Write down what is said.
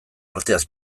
arteaz